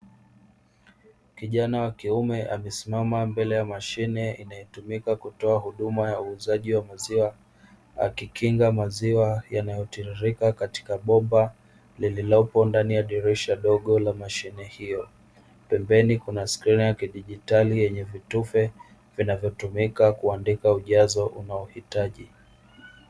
Kijana wa kiume amesimama mbele ya mashine inayotumika kutoa huduma ya uuzaji wa maziwa, akikinga maziwa yanayotiririka katika bomba lililopo ndani ya dirisha dogo la mashine hiyo, pembeni kuna skrerini ya kidigitali yenye vitufe vinavyotumika kuandika ujazo unaohitaji.